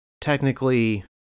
technically